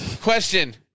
question